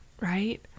Right